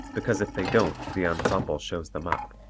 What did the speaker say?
because if they don't the ensemble shows them up.